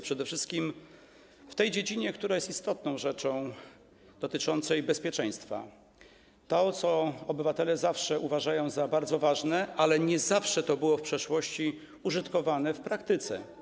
Przede wszystkim w tej dziedzinie, która jest istotna, dotyczącej bezpieczeństwa, co obywatele zawsze uważają za bardzo ważne, ale nie zawsze to było w przeszłości użytkowane w praktyce.